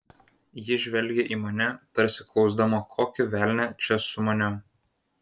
ji žvelgė į mane tarsi klausdama kokį velnią čia sumaniau